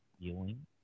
feeling